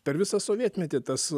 per visą sovietmetį tas